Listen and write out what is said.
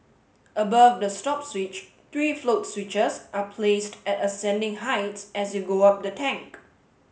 above the stop switch three float switches are placed at ascending heights as you go up the tank